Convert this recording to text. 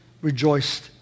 rejoiced